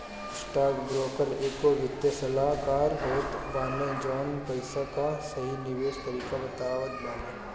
stockbroker एगो वित्तीय सलाहकार होत बाने जवन पईसा कअ सही निवेश तरीका बतावत बाने